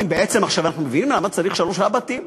בעצם עכשיו אנחנו מבינים למה צריך שלושה בתים.